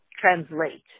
translate